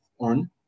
on